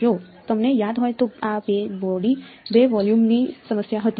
જો તમને યાદ હોય તો આ બે બોડી 2 વોલ્યુમની સમસ્યા હતી